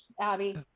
Abby